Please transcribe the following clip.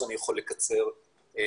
אז אני אוכל לקצר מאוד.